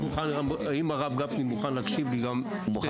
--- אם הרב גפני מוכן להקשיב לי אני גם